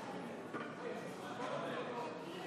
חברות וחברי הכנסת,